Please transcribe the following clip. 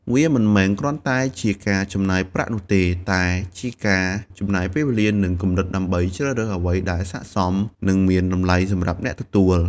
វាមិនមែនគ្រាន់តែជាការចំណាយប្រាក់នោះទេ តែជាការចំណាយពេលវេលា និងគំនិតដើម្បីជ្រើសរើសអ្វីដែលស័ក្តិសម និងមានតម្លៃសម្រាប់អ្នកទទួល។